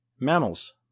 Mammals